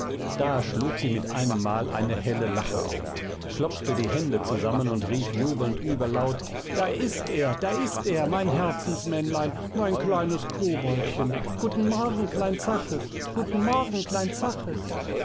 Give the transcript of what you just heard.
da schlug sie mit einemmal eine helle lache auf klopfte die hände zusammen und rief jubelnd überlaut da ist er da ist er mein herzensmännlein mein kleines koboldchen guten morgen klein zaches guten morgen klein zaches